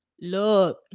look